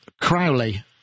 Crowley